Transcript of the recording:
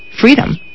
freedom